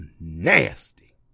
nasty